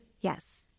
Yes